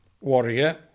Warrior